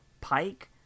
Pike